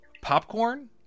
popcorn